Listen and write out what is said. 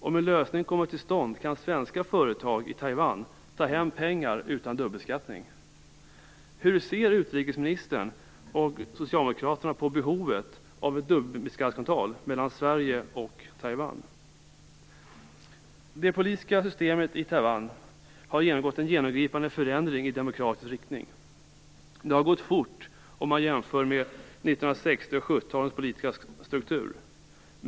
Om en lösning kommer till stånd kan svenska företag i Taiwan ta hem pengar utan dubbelbeskattning. Hur ser utrikesministern och Socialdemokraterna på behovet av ett dubbelbeskattningsavtal mellan Sverige och Taiwan? Det politiska systemet i Taiwan har genomgått en genomgripande förändring i demokratisk riktning. Det har gått fort i jämförelse med 1960 och 1970-talens politiska struktur.